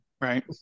Right